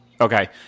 Okay